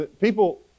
People